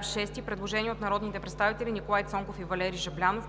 6 има предложение от народните представители Николай Цонков и Валери Жаблянов: